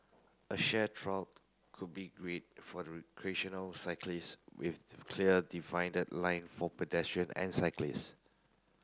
a shared trail would be great for recreational cyclists with clear divided lines for pedestrian and cyclists